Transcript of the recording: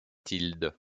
tilde